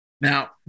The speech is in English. Now